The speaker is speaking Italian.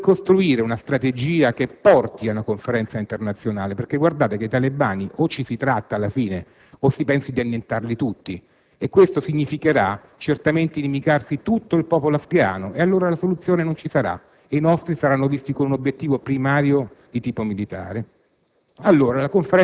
allora necessario costruire una strategia che porti ad una conferenza internazionale. Guardate che con i talebani o ci si tratta o si pensa di annientarli tutti; quest'ultima ipotesi significherebbe inimicarsi tutto il popolo afghano. Allora la soluzione non ci sarà e i nostri saranno visti come un obiettivo primario di tipo militare.